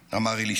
אמר אלישע.